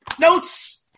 Notes